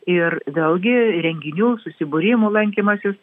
ir vėlgi renginių susibūrimų lankymasis